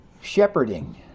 shepherding